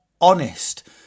honest